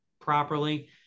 properly